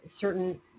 certain